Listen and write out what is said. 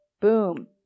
boom